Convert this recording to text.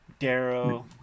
darrow